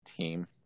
team